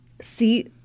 See